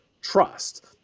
trust